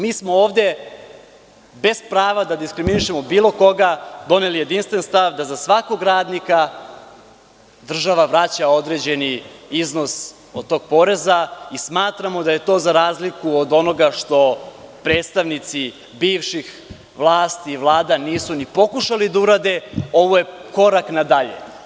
Mi smo ovde bez prava da diskriminišemo bilo koga doneli jedinstven stav da za svakog radnika država vraća određeni iznos od tog poreza i smatramo da je to za razliku od onoga što predstavnici bivših vlasti i vlada nisu ni pokušali da urade, ovaj korak na dalje.